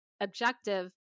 objective